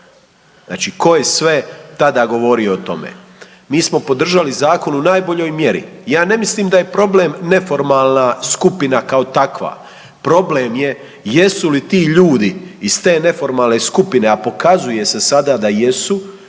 Znači, tko je sve tada govorio o tome, mi smo podržali zakon u najboljoj mjeri. Ja ne mislim da je problem neformalna skupina kao takva. Problem je jesu li ti ljudi iz te neformalne skupine a pokazuje se sada da jesu